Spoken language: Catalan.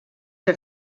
que